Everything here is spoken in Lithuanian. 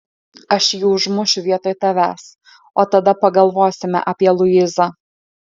aš jį užmušiu vietoj tavęs o tada pagalvosime apie luizą